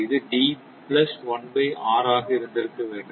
இது ஆக இருந்திருக்க வேண்டும்